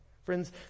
Friends